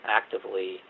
actively